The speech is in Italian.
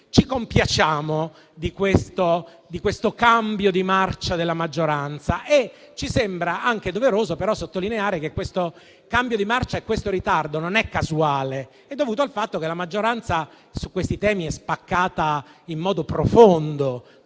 per così dire, di questo cambio di marcia della maggioranza. Ci sembra doveroso però anche sottolineare che questo cambio di marcia e questo ritardo non sono casuali, ma sono dovuti al fatto che la maggioranza su questi temi è spaccata in modo profondo,